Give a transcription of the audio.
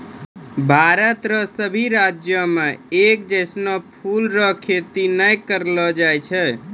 भारत रो सभी राज्य मे एक जैसनो फूलो रो खेती नै करलो जाय छै